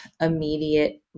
immediate